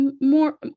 more